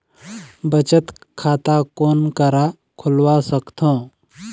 बचत खाता कोन करा खुलवा सकथौं?